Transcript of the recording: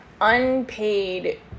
unpaid